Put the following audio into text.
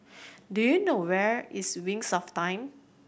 do you know where is Wings of Time